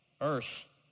earth